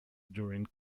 during